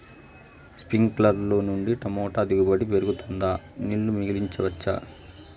స్ప్రింక్లర్లు నుండి టమోటా దిగుబడి పెరుగుతుందా? నీళ్లు మిగిలించవచ్చా?